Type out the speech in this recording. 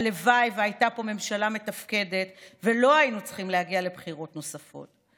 הלוואי שהייתה פה ממשלה מתפקדת ולא היינו צריכים להגיע לבחירות נוספות.